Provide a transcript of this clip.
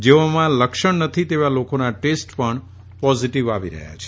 જેઓમાં લક્ષણ નથી તેવા લોકોના ટેસ્ટ પણ પોઝીટીવ આવી રહ્યા છે